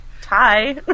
tie